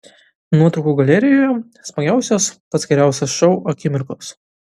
nuotraukų galerijoje smagiausios pats geriausias šou akimirkos